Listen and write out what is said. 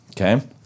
okay